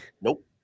Nope